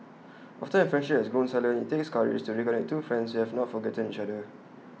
after A friendship has grown silent IT takes courage to reconnect two friends who have not forgotten each other